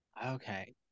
Okay